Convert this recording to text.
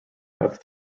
have